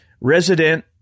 Resident